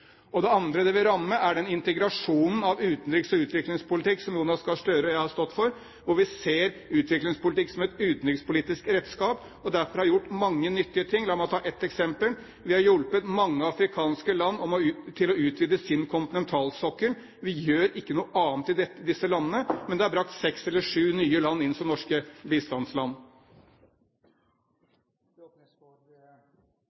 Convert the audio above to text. Det andre det vil ramme, er den integrasjonen av utenriks- og utviklingspolitikk som Jonas Gahr Støre og jeg har stått for, der vi ser utviklingspolitikk som et utenrikspolitisk redskap og derfor har gjort mange nyttige ting. La meg ta et eksempel: Vi har hjulpet mange afrikanske land til å utvide sin kontinentalsokkel. Vi gjør ikke noe annet i disse landene, men det har brakt seks eller sju nye land inn som norske bistandsland.